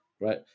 Right